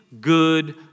good